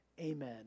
amen